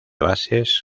bases